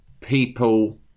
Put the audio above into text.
people